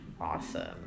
awesome